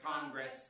Congress